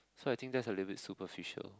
so I think that's a little bit superficial